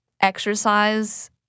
exercise